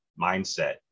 mindset